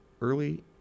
Early